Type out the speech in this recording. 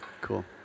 cool